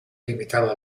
limitava